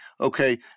okay